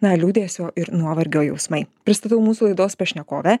na liūdesio ir nuovargio jausmai pristatau mūsų laidos pašnekovę